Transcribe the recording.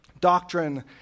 Doctrine